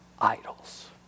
idols